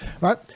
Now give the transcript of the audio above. Right